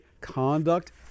conduct